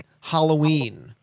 Halloween